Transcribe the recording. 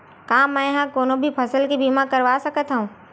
का मै ह कोनो भी फसल के बीमा करवा सकत हव?